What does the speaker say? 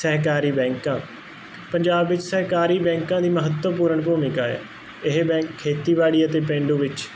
ਸਹਿਕਾਰੀ ਬੈਂਕਾਂ ਪੰਜਾਬ ਵਿੱਚ ਸਹਿਕਾਰੀ ਬੈਂਕਾਂ ਦੀ ਮਹੱਤਵਪੂਰਨ ਭੂਮਿਕਾ ਹੈ ਇਹ ਬੈਂਕ ਖੇਤੀਬਾੜੀ ਅਤੇ ਪੇਂਡੂ ਵਿੱਚ